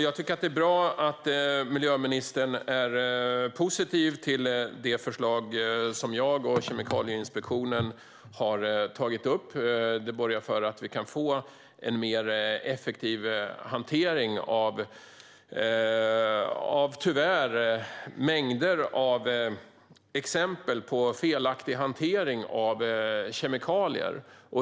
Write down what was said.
Jag tycker att det är bra att miljöministern är positiv till det förslag som jag och Kemikalieinspektionen har tagit upp. Det borgar för att vi kan få en mer effektiv hantering. Det finns tyvärr mängder av exempel på felaktig hantering av kemikalier.